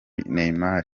neymar